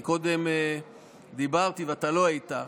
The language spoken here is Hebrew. כי קודם דיברתי ואתה לא היית,